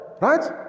right